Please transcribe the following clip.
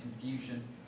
confusion